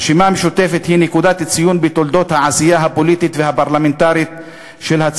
הרשימה המשותפת היא נקודת ציון בתולדות העשייה הפוליטית והפרלמנטרית של